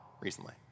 recently